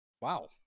Wow